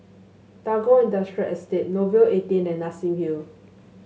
Tagore Industrial Estate Nouvel Eighteen and Nassim Hill